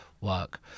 work